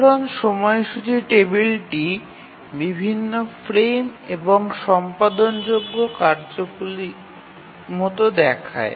সাধারণ সময়সূচী টেবিলটি বিভিন্ন ফ্রেম এবং সম্পাদনযোগ্য কার্যগুলির মতো দেখায়